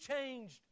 changed